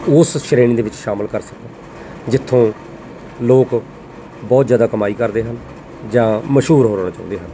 ਉਸ ਸ਼੍ਰੇਣੀ ਦੇ ਵਿੱਚ ਸ਼ਾਮਿਲ ਕਰ ਸਕਾਂ ਜਿੱਥੋਂ ਲੋਕ ਬਹੁਤ ਜ਼ਿਆਦਾ ਕਮਾਈ ਕਰਦੇ ਹਨ ਜਾਂ ਮਸ਼ਹੂਰ ਹੋਣਾ ਚਾਹੁੰਦੇ ਹਨ